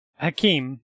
Hakim